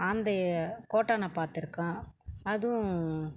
ஆந்தையை கோட்டான் நான் பார்த்திருக்கேன் அதுவும்